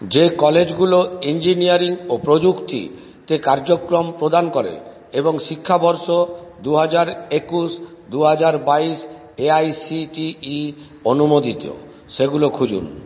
যে কলেজগুলো ইঞ্জিনিয়ারিং ও প্রযুক্তি তে কার্যক্রম প্রদান করে এবং শিক্ষাবর্ষ দু হাজার একুশ দু হাজার বাইশ এআইসিটিই অনুমোদিত সেগুলো খুঁজুন